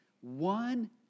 One